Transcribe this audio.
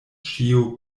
ĉio